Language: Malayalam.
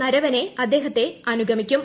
നരവനേ അദ്ദേഹത്തെ അനുഗമിക്കും